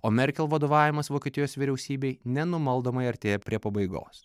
o merkel vadovavimas vokietijos vyriausybei nenumaldomai artėja prie pabaigos